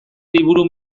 liburu